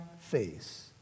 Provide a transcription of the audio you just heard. face